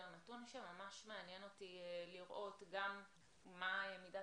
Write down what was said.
הנתון שממש מעניין אותי לראות גם מה מידת